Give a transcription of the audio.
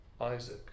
Isaac